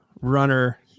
runner